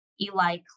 Eli